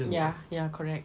ya ya correct